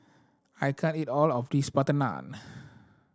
I can't eat all of this butter naan